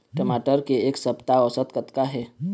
टमाटर के एक सप्ता औसत कतका हे?